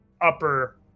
upper